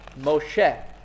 Moshe